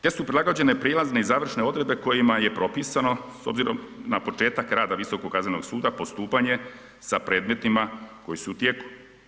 Te su prilagođene prijelazne i završne odredbe kojima je propisano s obzirom na početak rada Visokog kaznenog suda postupanje sa predmetima koji su u tijeku.